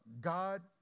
God